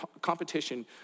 competition